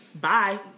Bye